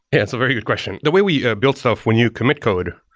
yeah, it's a very good question. the way we build stuff when you commit code,